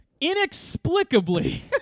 inexplicably